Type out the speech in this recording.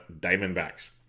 Diamondbacks